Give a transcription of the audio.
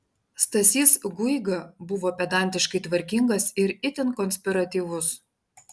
stasys guiga buvo pedantiškai tvarkingas ir itin konspiratyvus